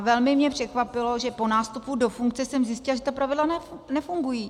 Velmi mě překvapilo, že po nástupu do funkce jsem zjistila, že ta pravidla nefungují.